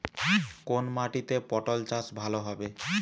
কোন মাটিতে পটল চাষ ভালো হবে?